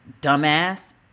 Dumbass